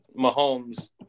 Mahomes –